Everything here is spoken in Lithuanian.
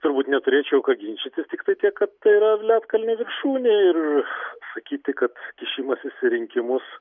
turbūt neturėčiau ką ginčytis tiktai tiek kad tai yra ledkalnio viršūnė ir sakyti kad kišimasis į rinkimus